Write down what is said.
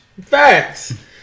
Facts